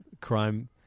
crime